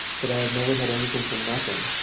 that i have never had anything for nothing,